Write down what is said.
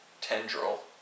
tendril